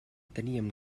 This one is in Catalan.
teníem